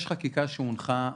יש חקיקה שהונחה,